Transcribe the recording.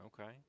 Okay